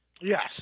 yes